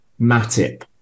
Matip